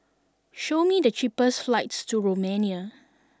show me the cheapest flights to Romania